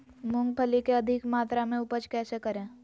मूंगफली के अधिक मात्रा मे उपज कैसे करें?